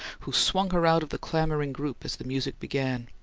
who swung her out of the clamouring group as the music began.